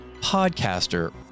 podcaster